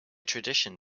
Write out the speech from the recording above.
tradition